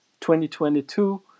2022